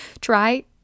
try